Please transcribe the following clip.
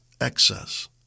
excess